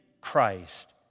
Christ